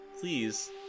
please